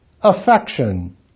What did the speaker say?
affection